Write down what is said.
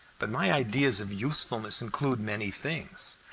but my ideas of usefulness include many things.